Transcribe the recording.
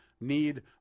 need